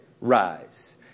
rise